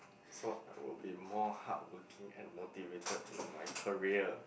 so I would be more hardworking and motivated in my career